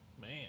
man